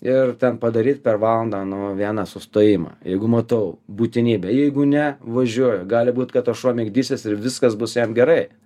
ir ten padaryt per valandą nu vieną sustojimą jeigu matau būtinybę jeigu ne važiuoju gali būt kad aš tas šuo migdysis ir viskas jam bus gerai